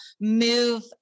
Move